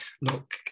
look